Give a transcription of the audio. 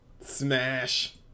Smash